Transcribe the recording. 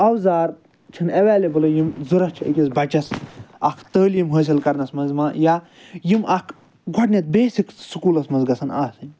اَوزار چھِنہٕ اٮ۪ویلیبلٕے یِم ضوٚرتھ چھِ أکِس بَچَس اکھ تٲلیٖم حٲصِل کَرنَس مَنٛز ما یا یِم اکھ گۄڈنٮ۪تھ بیسِک سُکولَس مَنٛز گَژھَن آسٕنۍ